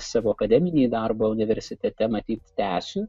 savo akademinį darbą universitete matyt tęsiu